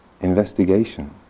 investigation